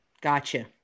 Gotcha